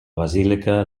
basílica